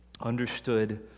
understood